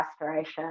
restoration